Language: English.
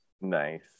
Nice